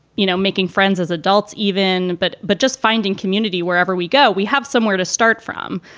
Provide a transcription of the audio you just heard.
you know, making friends as adults even. but but just finding community wherever we go. we have somewhere to start from,